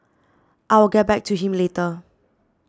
I will get back to him later